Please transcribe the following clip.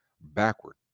backward